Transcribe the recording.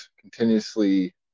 continuously